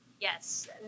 Yes